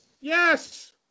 Yes